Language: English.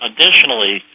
Additionally